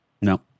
No